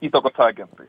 įtakos agentai